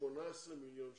18 מיליון ₪.